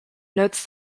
notes